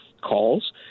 calls